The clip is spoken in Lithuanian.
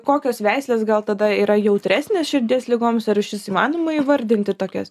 kokios veislės gal tada yra jautresnės širdies ligoms ar išvis įmanoma įvardinti tokias